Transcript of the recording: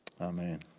Amen